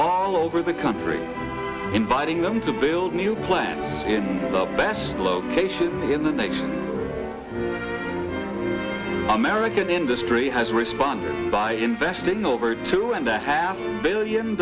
all over the country inviting them to build new plants in the best location in the next american industry has responded by investing over two and a half billion